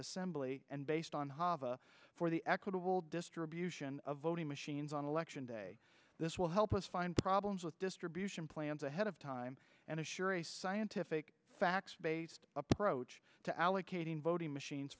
assembly and based on hava for the equitable distribution of voting machines on election day this will help us find problems with distribution plans ahead of time and ensure a scientific facts based approach to allocating voting machines